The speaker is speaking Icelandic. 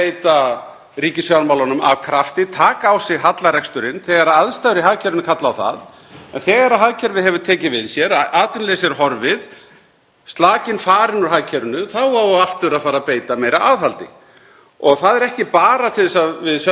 slakinn farinn úr hagkerfinu, þá á aftur að fara að beita meira aðhaldi og það er ekki bara til þess að við söfnum ekki skuldum, það er einmitt m.a. vegna verðbólgunnar þannig að menn séu ekki að ýta undir verðbólguna á röngum tíma í hagsveiflunni. Það væri óskynsamlegt.